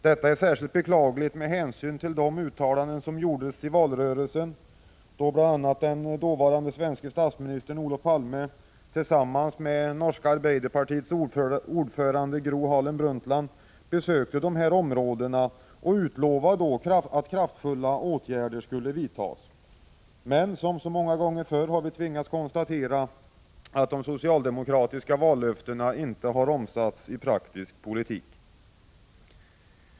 Detta är särskilt beklagligt med hänsyn till de uttalanden som gjordes i valrörelsen, då bl.a. den dåvarande svenske statsministern Olof Palme tillsammans med det norska arbeiderpartiets ordförande Gro Harlem Brundtland besökte dessa områden och då utlovade att kraftfulla åtgärder skulle vidtas. Men som så många gånger förr har vi tvingats konstatera att de socialdemokratiska vallöftena inte har omsatts i praktisk politik.